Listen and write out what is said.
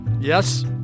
Yes